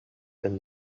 and